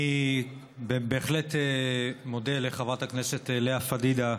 אני בהחלט מודה לחברת הכנסת לאה פדידה,